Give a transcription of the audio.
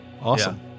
awesome